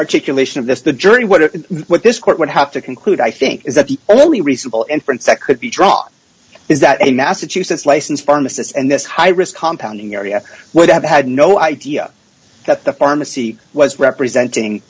articulation of this the jury what it what this court would have to conclude i think is that the only reasonable inference that could be drawn is that a massachusetts license pharmacists and this high risk compound in the area would have had no idea that the pharmacy was representing